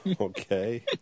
Okay